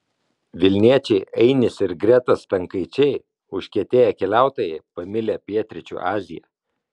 vilniečiai ainis ir greta stankaičiai užkietėję keliautojai pamilę pietryčių aziją